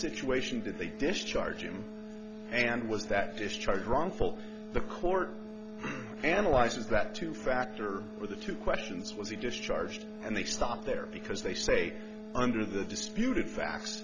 situation did they discharge him and was that discharged wrongful the court analyzes that to factor or the two questions was he just charged and they stop there because they say under the disputed facts